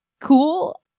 Cool